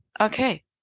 okay